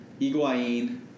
Iguain